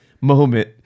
moment